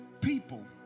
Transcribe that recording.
people